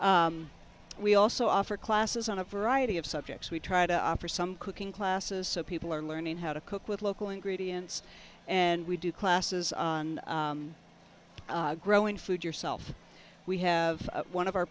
we also offer classes on a variety of subjects we try to offer some cooking classes so people are learning how to cook with local ingredients and we do classes on growing food yourself we have one of our